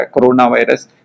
coronavirus